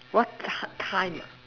what what time ah